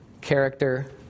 character